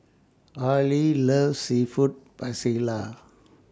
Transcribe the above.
Areli loves Seafood